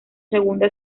segunda